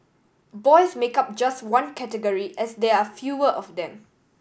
boys make up just one category as there are fewer of them